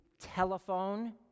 Telephone